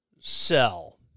sell